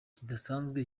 kidasanzwe